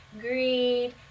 greed